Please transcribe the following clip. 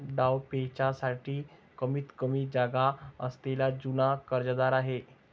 डावपेचांसाठी कमीतकमी जागा असलेला जुना कर्जदार आहे